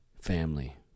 family